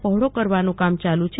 પહોળો કરવાનું કામ ચાલુ છે